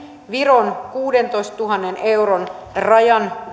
viron kuudentoistatuhannen euron rajan